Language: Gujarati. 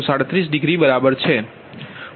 837 ડિગ્રી બરાબર છે